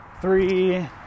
three